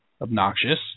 obnoxious